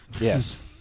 Yes